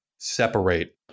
separate